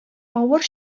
авыр